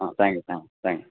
ஆ thanks ஆ thanks